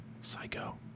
psycho